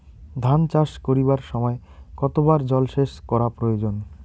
ধান চাষ করিবার সময় কতবার জলসেচ করা প্রয়োজন?